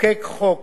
לחוקק חוק